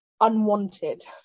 unwanted